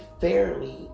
fairly